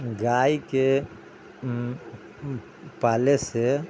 गाय के पहले से